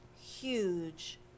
huge